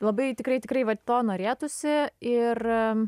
labai tikrai tikrai vat to norėtųsi ir